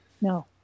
No